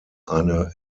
eine